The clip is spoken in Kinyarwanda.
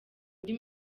undi